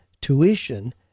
tuition